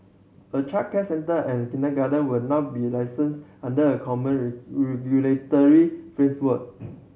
a childcare centre and kindergarten will now be licenses under a common regulatory